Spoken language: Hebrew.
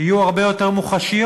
יהיו הרבה יותר מוחשיות.